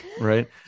Right